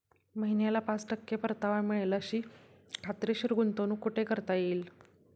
महिन्याला पाच टक्के परतावा मिळेल अशी खात्रीशीर गुंतवणूक कुठे करता येईल?